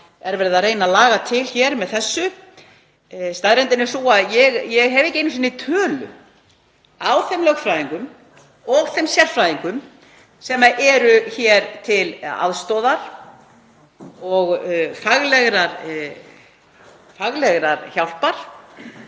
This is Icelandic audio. er verið að reyna að laga til með þessu frumvarpi. Staðreyndin er sú að ég hef ekki einu sinni tölu á þeim lögfræðingum og sérfræðingum sem eru hér til aðstoðar og faglegrar hjálpar